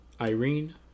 Irene